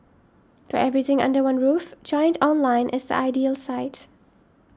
for everything under one roof Giant Online is the ideal site